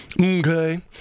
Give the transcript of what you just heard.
Okay